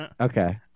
Okay